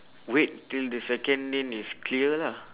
wait till the second lane is clear lah